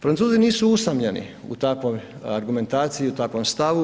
Francuzi nisu usamljeni u takvoj argumentaciji i u takvom stavu.